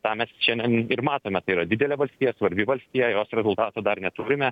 tą mes šiandien ir matome tai yra didelė valstija svarbi valstija jos rezultato dar neturime